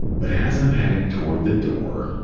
but as i'm heading toward the door,